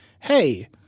hey